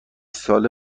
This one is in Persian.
ساله